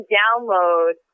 download